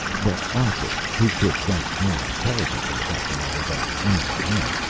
but arthur, who could write more intelligently about the matter than any one else,